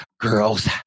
girls